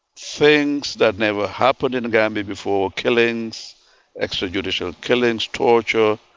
things that never happened in the gambia before, killings extrajudicial killings, torture,